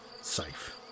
safe